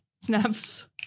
snaps